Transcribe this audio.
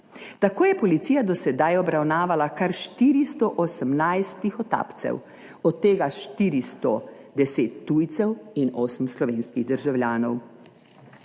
Tako je policija do sedaj obravnavala kar 418 tihotapcev, od tega 410 tujcev in 8 slovenskih državljanov.